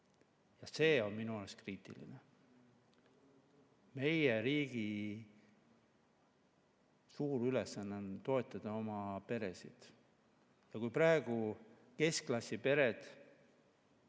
See on minu arust kriitiline. Meie riigi suur ülesanne on toetada oma peresid. Praegu keskklassipered,